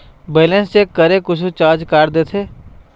Balance check करें कुछू charge काट देथे?